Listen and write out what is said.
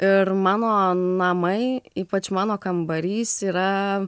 ir mano namai ypač mano kambarys yra